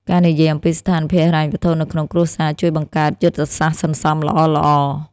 ការនិយាយអំពីស្ថានភាពហិរញ្ញវត្ថុនៅក្នុងគ្រួសារជួយបង្កើតយុទ្ធសាស្ត្រសន្សុំល្អៗ។